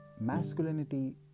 Masculinity